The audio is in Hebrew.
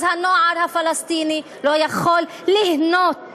אז הנוער הפלסטיני לא יכול ליהנות